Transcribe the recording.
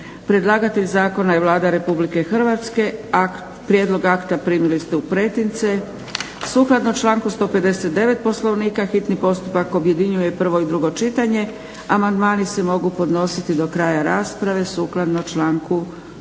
Predlagatelj zakona je Vlada RH. Prijedlog akta primili ste u pretince. Sukladno članku 159. Poslovnika hitni postupak objedinjuje prvo i drugo čitanje. Amandmani se mogu podnositi do kraja rasprave sukladno članku 164.